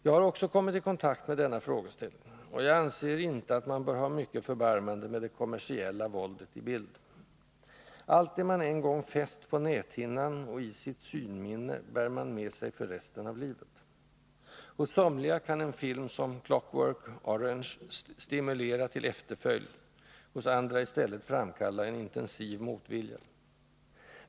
Jag har också kommit i kontakt med denna frågeställning, och jag anser inte att man bör ha mycket förbarmande med det kommersiella våldet i bild. Allt det som man en gång fäst på näthinnan och i sitt synminne bär man med sig för resten av livet. Hos somliga kan en film som Clockwork Orange stimulera till efterföljd, hos andra i stället framkalla en intensiv motvilja.